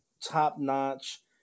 top-notch